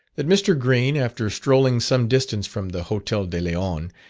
that mr. green, after strolling some distance from the hotel de leon,